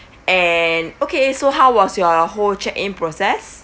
and okay so how was your whole check in process